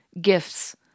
gifts